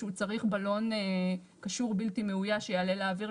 כשהוא צריך בלון קשור בלתי מאויש שיעלה לאוויר,